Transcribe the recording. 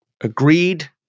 agreed